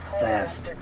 fast